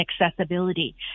accessibility